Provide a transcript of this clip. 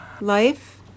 life